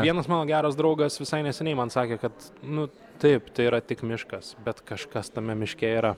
vienas mano geras draugas visai neseniai man sakė kad nu taip tai yra tik miškas bet kažkas tame miške yra